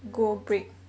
no cause